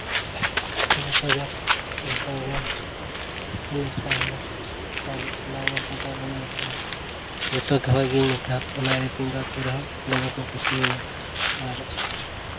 ᱡᱚᱛᱚᱜᱮ ᱚᱱᱠᱟᱜᱮ ᱢᱤᱛᱟᱹᱧᱟᱹ ᱟᱨ ᱱᱟᱣᱟ ᱜᱟᱛᱮ ᱫᱚ ᱵᱟᱹᱧ ᱢᱮᱛᱟ ᱠᱚᱣᱟ ᱱᱤᱛᱚᱜ ᱜᱤᱧ ᱢᱮᱛᱟ ᱠᱚ ᱠᱟᱱᱟ ᱤᱧᱫᱚ ᱟᱛᱳ ᱨᱮᱦᱚᱸ ᱫᱚᱢᱮ ᱠᱚ ᱠᱩᱥᱤᱭᱟᱹᱧᱟᱹ ᱟᱨ